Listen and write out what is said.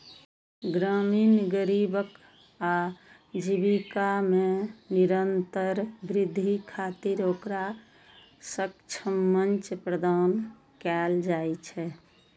ग्रामीण गरीबक आजीविका मे निरंतर वृद्धि खातिर ओकरा सक्षम मंच प्रदान कैल जाइ छै